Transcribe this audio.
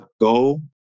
goal